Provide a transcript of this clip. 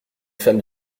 femme